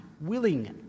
willing